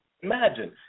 imagine